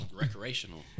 recreational